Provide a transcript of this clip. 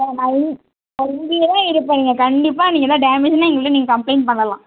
sir நான் நான் இங்கேயே தான் இருப்பேங்க கண்டிப்பாக நீங்கள் எதா டேமேஜின்னால் எங்கள்கிட்ட நீங்கள் கம்பளைண்ட் பண்ணலாம்